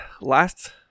last